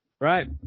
Right